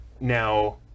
Now